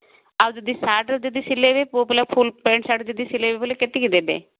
ଆଉ ଯଦି ସାର୍ଟ ଯଦି ସିଲେଇରେ ପୁଅପିଲା ଫୁଲ୍ ପେଣ୍ଟ୍ ସାର୍ଟ ଯଦି ସିଲେଇ ବୋଲେ କେତିକି ଦେବେ